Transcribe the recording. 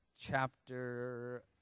chapter